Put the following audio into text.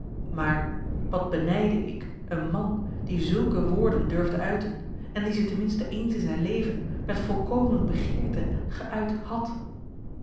maar wat benijdde ik een man die zulke woorden durfde uiten en die ze ten minste eens in zijn leven met volkomen begeerte geuit had